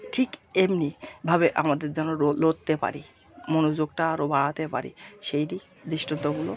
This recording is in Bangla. ঠিক এমনি ভাবে আমাদের যেন আরও লড়তে পারি মনযোগটা আরো বাড়াতে পারি সেই দি দৃষ্টান্তমূলক